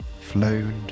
flowed